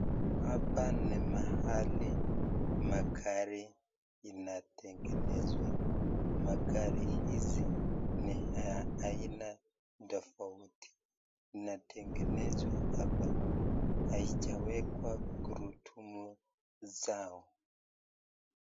Hapa ni mahali magari inatengenezwa magari hizi ni ya aina tofauti inatengenezwa hapa haijawekwa magurudumu zao.